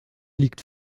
liegt